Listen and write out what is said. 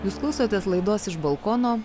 jūs klausotės laidos iš balkono